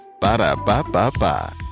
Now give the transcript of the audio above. Ba-da-ba-ba-ba